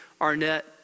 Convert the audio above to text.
Arnett